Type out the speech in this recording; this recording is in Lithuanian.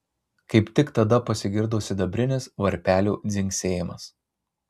kaip tik tada pasigirdo sidabrinis varpelių dzingsėjimas